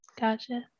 Gotcha